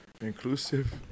inclusive